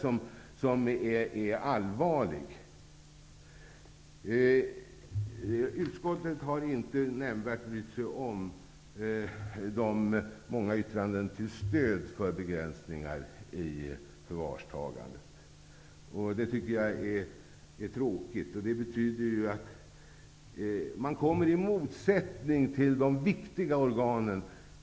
Utskottet har inte brytt sig nämnvärt om de många yttranden som har inkommit till stöd för begränsningar i förvarstagandet. Jag tycker att det är tråkigt. Det betyder att man kommer i en motsättning till de viktiga organen.